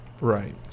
Right